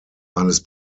eines